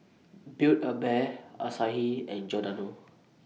Build A Bear Asahi and Giordano